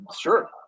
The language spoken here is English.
sure